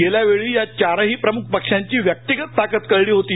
गेल्यावेळी या चारही प्रम्ख पक्षांची व्यक्तीगत ताकद कळली होती